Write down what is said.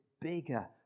bigger